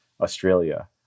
Australia